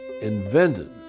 invented